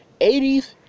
80s